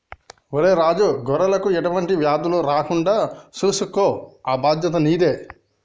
ఒరై రాజు గొర్రెలకు ఎటువంటి వ్యాధులు రాకుండా సూసుకో ఆ బాధ్యత నీదే